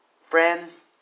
Friends